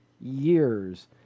years